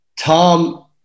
Tom